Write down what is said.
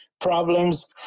problems